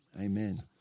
Amen